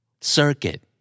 Circuit